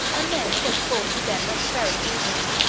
and then set forth with them that very evening.